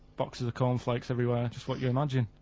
boxes of corn flakes everywhere. just what you imagine.